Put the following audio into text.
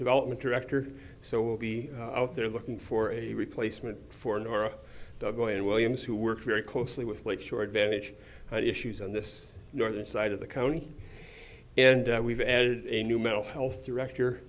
development director so we'll be out there looking for a replacement for nora going williams who worked very closely with lakeshore advantage issues in this northern side of the county and we've added a new mental health director